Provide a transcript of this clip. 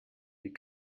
die